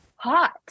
Hot